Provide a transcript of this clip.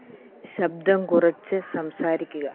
ശബ്ദം കുറച്ച് സംസാരിക്കുക